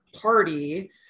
party